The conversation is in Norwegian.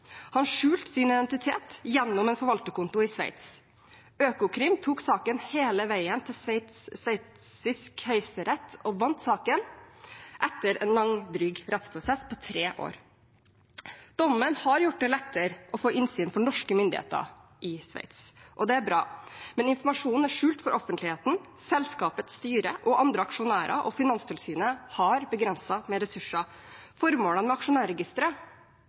Han skjulte sin identitet gjennom en forvalterkonto i Sveits. Økokrim tok saken hele veien til sveitsisk høyesterett og vant saken, etter en langdryg rettsprosess på tre år. Dommen har gjort det lettere å få innsyn for norske myndigheter i Sveits, og det er bra. Men informasjonen er skjult for offentligheten, selskapets styre og andre aksjonærer, og Finanstilsynet har begrenset med ressurser. Formålene med aksjonærregisteret